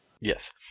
Yes